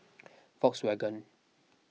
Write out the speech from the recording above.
Volkswagen